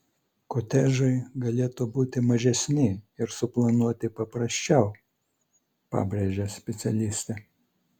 kotedžai galėtų būti mažesni ir suplanuoti paprasčiau pabrėžia specialistė